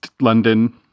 London